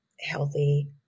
healthy